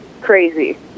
Crazy